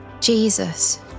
Jesus